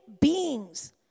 beings